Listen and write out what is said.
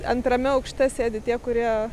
antrame aukšte sėdi tie kurie